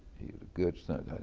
a good senator.